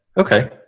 okay